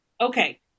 Okay